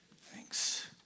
Thanks